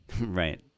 Right